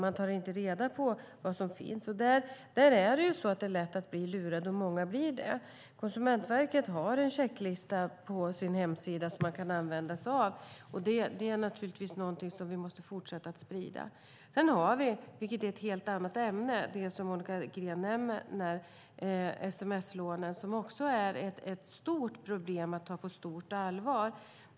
Man tar inte reda på vad som finns, och då är det lätt att bli lurad, vilket många blir. Konsumentverket har en checklista på sin hemsida som man kan använda sig av, och det är naturligtvis någonting som vi måste fortsätta att sprida. Sedan har vi, vilket är ett helt annat ämne, de sms-lån som Monica Green nämner, och det är också ett stort problem att ta på stort allvar.